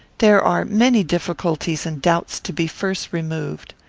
there are many difficulties and doubts to be first removed.